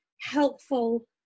helpful